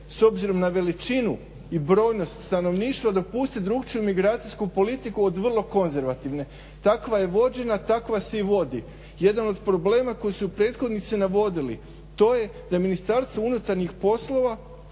s obzirom na veličinu i brojnost stanovništva dopustiti drukčiju migracijsku politiku od vrlo konzervativne. Takva je vođena, takva se i vodi. Jedan od problema koji su prethodnici navodili to je da Ministarstvo unutarnjih poslova